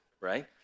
right